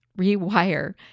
rewire